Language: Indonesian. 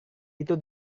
itu